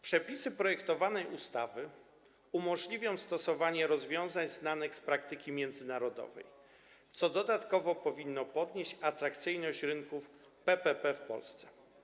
Przepisy projektowanej ustawy umożliwią stosowanie rozwiązań znanych z praktyki międzynarodowej, co dodatkowo powinno podnieść atrakcyjność rynków PPP w Polsce.